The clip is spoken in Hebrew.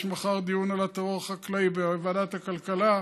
מחר דיון על הטרור החקלאי בוועדת הכלכלה,